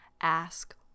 ask